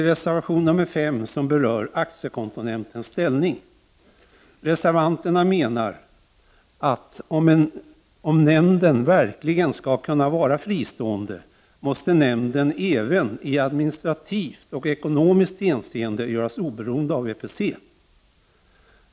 Reservation 5 berör aktiekontonämndens ställning. Reservanterna menar, att om nämnden verkligen skall kunna vara fristående måste den även i administrativt och ekonomiskt hänseende göras oberoende av VPC.